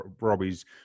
Robbie's